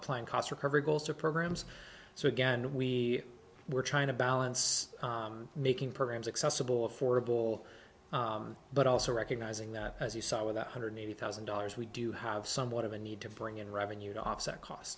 plan cost recovery goes to programs so again we were trying to balance making programs accessible affordable but also recognizing that as you saw with one hundred eighty thousand dollars we do have somewhat of a need to bring in revenue to offset cost